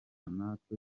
natwe